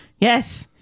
yes